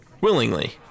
willingly